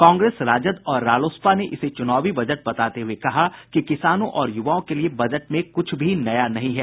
कांग्रेस राजद और रालोसपा ने इसे चुनावी बजट बताते हुए कहा कि किसानों और युवाओं के लिए बजट में कुछ भी नया नहीं है